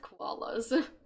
koalas